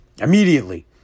Immediately